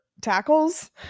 tackles